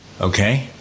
Okay